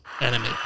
enemy